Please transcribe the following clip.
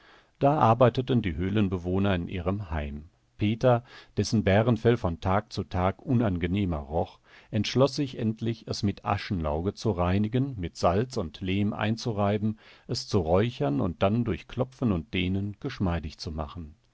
da arbeiteten die höhlenbewohner in ihrem heim peter dessen bärenfell von tag zu tag unangenehmer roch entschloß sich endlich es mit aschenlauge zu reinigen mit salz und lehm einzureiben es zu räuchern und dann durch klopfen und dehnen geschmeidig zu machen